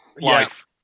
life